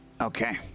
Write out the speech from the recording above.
Okay